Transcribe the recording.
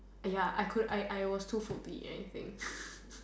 eh ya I could I I was too full be anything